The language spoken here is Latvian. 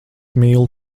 mīlu